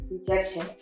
rejection